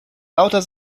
lauter